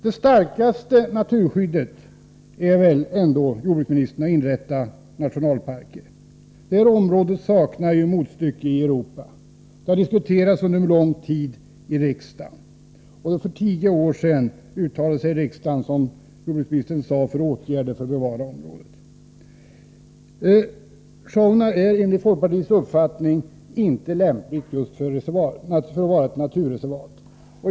Det starkaste naturskyddet får man väl, herr jordbruksminister, genom att inrätta nationalparker. Detta område saknar motstycke i Europa. Det har diskuterats under lång tidi riksdagen, och för tio år sedan uttalade sig riksdagen, som jordbruksministern sade, för åtgärder för att bevara området. Sjaunja är enligt folkpartiets uppfattning inte lämpligt som naturreservat.